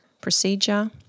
procedure